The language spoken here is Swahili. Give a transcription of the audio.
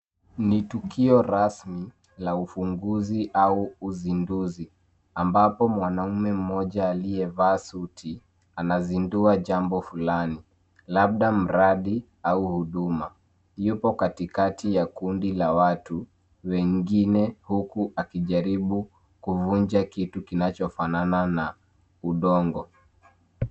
Ni tukio rasmi la ufunguzi au uzinduzi ambapo mwanaume mmoja aliyevaa suti anazindua jambo fulani labda mradi au huduma. Yupo katikati ya kundi la watu wengine huku akijaribu kuvunja kitu kinachofanana na udongo.